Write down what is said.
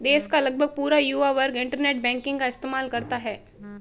देश का लगभग पूरा युवा वर्ग इन्टरनेट बैंकिंग का इस्तेमाल करता है